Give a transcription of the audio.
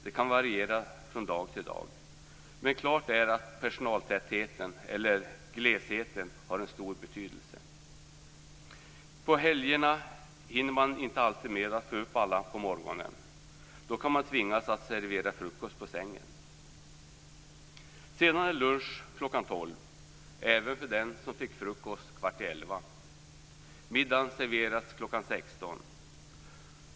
Det kan variera från dag till dag. Men klart är att personaltätheten eller - glesheten har stor betydelse. På helgerna hinner man inte alltid med att få upp alla på morgonen. Då kan man tvingas att servera frukost på sängen. Sedan är det lunch kl. 12.00, även för den som fick frukost kl. 10.45. Middagen serveras kl. 16.00.